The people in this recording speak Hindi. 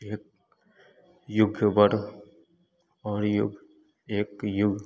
एक और युग एक युग